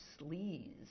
sleaze